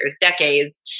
decades